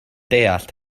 deall